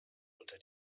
unter